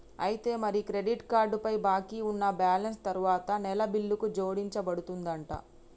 అయితే మరి credit card పై బాకీ ఉన్న బ్యాలెన్స్ తరువాత నెల బిల్లుకు జోడించబడుతుందంట